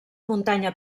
muntanya